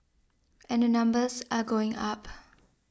and the numbers are going up